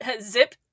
zip